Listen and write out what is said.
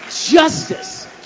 justice